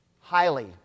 highly